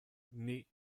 naît